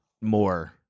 more